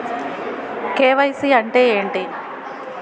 KYC అంటే ఏంటి?